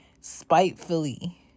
spitefully